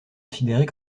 considérés